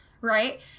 right